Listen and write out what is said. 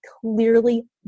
clearly